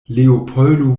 leopoldo